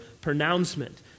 pronouncement